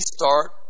start